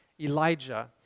Elijah